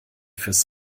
fürs